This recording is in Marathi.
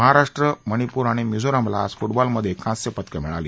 महाराष्ट्र मणिपूर आणि मिझोरामला आज फुटबॅलमध्ये कांस्यपदकं मिळाली